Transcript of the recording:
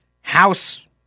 House